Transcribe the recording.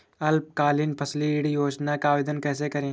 अल्पकालीन फसली ऋण योजना का आवेदन कैसे करें?